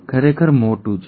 ખરેખર મોટું છે